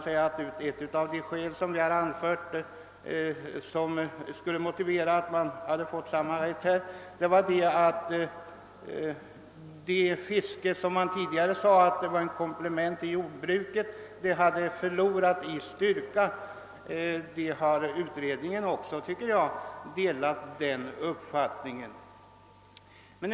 Ett av de skäl vi åberopat för erhållande av samma rätt var att det fiske, som tidigare sades utgöra ett komplement till jordbruket, hade förlorat i styrka. Enligt min mening har även utredningen delat denna uppfattning.